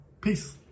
Peace